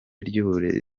ry’uburezi